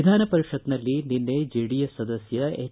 ವಿಧಾನ ಪರಿಷತ್ ನಲ್ಲಿ ನಿನ್ನೆ ಜೆಡಿಎಸ್ ಸದಸ್ಯ ಎಚ್